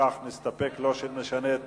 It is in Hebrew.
ובכך נסתפק, זה לא ישנה את